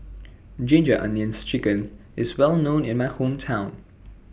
Ginger Onions Chicken IS Well known in My Hometown